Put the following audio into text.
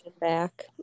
back